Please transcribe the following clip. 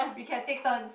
we can take turns